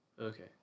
okay